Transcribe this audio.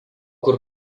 kur